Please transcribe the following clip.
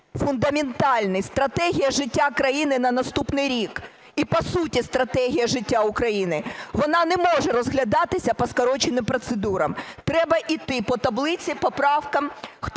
фундаментальний – стратегія життя країни на наступний рік, і по суті стратегія життя України, вона не може розглядатися по скороченим процедурам. Треба йти по таблиці по правках,